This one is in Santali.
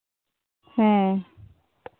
ᱦᱮᱸ